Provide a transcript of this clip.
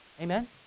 Amen